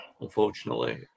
unfortunately